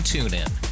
TuneIn